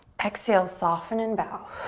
exhale, soften and bow.